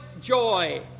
joy